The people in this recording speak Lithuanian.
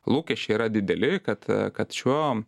lūkesčiai yra dideli kad kad šiuo